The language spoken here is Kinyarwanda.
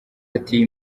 ati